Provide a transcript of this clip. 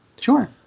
Sure